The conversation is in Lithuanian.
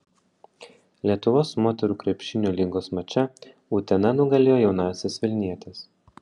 lietuvos moterų krepšinio lygos mače utena nugalėjo jaunąsias vilnietes